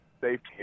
safety